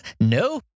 No